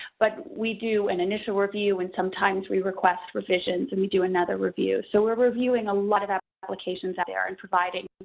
but, we do an initial review, and sometimes we request revisions and we do another review, so we're reviewing a lot of applications out there and providing